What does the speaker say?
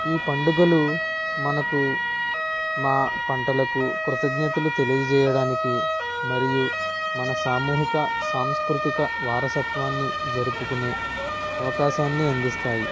ఈ పండుగలు మనకు మా పంటలకు కృతజ్ఞతలు తెలియచేయడానికి మరియు మన సామూహిక సాంస్కృతిక వారసత్వాన్ని జరుపుకునే అవకాశాన్నిఅందిస్తాయి